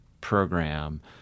program